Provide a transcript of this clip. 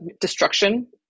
destruction